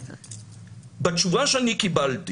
בתשובה שאני קיבלתי